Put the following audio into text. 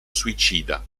suicida